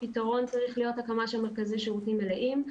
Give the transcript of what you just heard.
הפתרון צריך להיות הקמה של מרכזי שירותים מלאים,